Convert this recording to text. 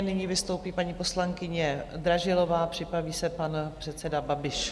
Nyní vystoupí paní poslankyně Dražilová, připraví se pan předseda Babiš.